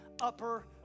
upper